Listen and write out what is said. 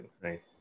Right